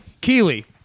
keely